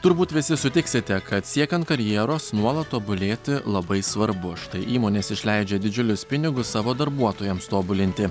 turbūt visi sutiksite kad siekiant karjeros nuolat tobulėti labai svarbu štai įmonės išleidžia didžiulius pinigus savo darbuotojams tobulinti